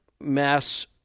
mass